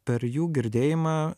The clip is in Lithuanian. per jų girdėjimą